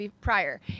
prior